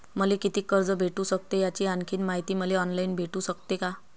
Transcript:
मले कितीक कर्ज भेटू सकते, याची आणखीन मायती मले ऑनलाईन भेटू सकते का?